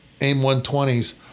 AIM-120s